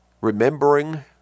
remembering